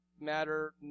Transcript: matter